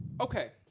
okay